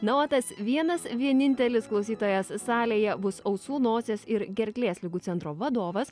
na o tas vienas vienintelis klausytojas salėje bus ausų nosies ir gerklės ligų centro vadovas